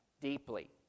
deeply